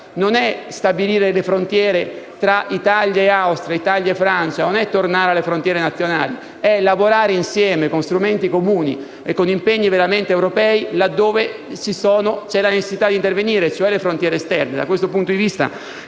non è stabilire le frontiere tra Italia e Austria o tra Italia e Francia, non è tornare alle frontiere nazionali, ma è lavorare insieme con strumenti comuni e con impegni veramente europei, là dove c'è la necessità di intervenire, cioè le frontiere esterne. Da questo punto di vista